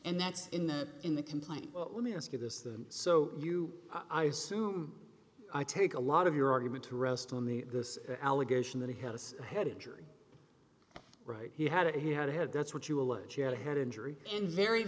and that's in the in the complaint but let me ask you this the so you i assume i take a lot of your argument to rest on the this allegation that he had a head injury right he had it he had had that's what you allege he had a head injury and very